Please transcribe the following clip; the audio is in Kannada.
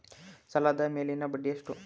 ಸಾಲದ ಮೇಲಿನ ಬಡ್ಡಿ ಎಷ್ಟು?